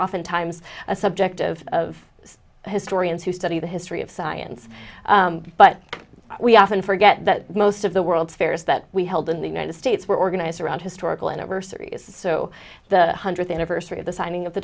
oftentimes a subjective of historians who study the history of science but we often forget that most of the world's fairs that we held in the united states were organized around historical anniversaries so the one hundredth anniversary of the signing of the